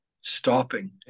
stopping